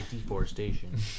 deforestation